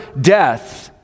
death